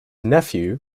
nephew